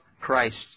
Christ